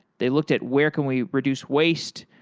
they looked at where can we reduce waste.